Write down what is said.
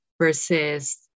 versus